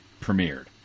premiered